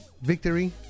Victory